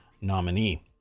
nominee